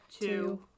two